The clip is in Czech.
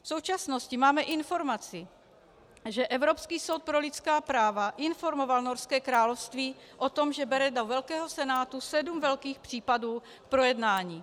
V současnosti máme informaci, že Evropský soud pro lidská práva informoval Norské království o tom, že bere do Velkého senátu sedm velkých případů k projednání.